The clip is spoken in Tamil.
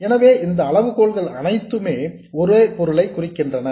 எனவே இந்த அளவுகோல்கள் அனைத்துமே ஒரே பொருளை குறிக்கின்றன